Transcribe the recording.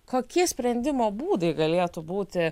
kokie sprendimo būdai galėtų būti